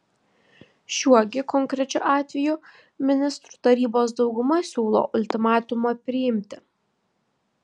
šiuo gi konkrečiu atveju ministrų tarybos dauguma siūlo ultimatumą priimti